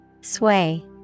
Sway